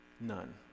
None